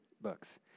books